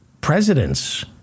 Presidents